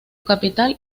capital